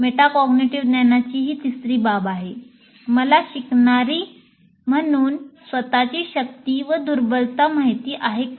metacognitive ज्ञानाची ही तिसरी बाब आहे मला शिकणारी म्हणून स्वतःची शक्ती व दुर्बलता माहित आहे का